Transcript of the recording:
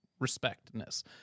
respectness